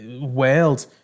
world